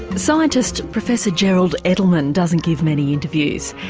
scientist professor gerald edelman doesn't give many interviews.